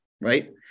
right